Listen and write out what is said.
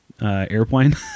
airplane